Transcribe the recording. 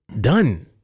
done